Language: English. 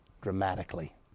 dramatically